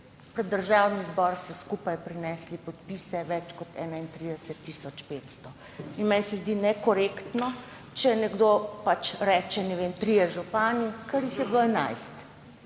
pred Državni zbor so skupaj prinesli podpise, več kot 31 tisoč 500. Meni se zdi nekorektno, če nekdo pač reče trije župani, ker jih je bilo